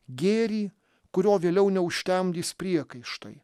gėrį kurio vėliau neužtemdys priekaištai